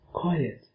quiet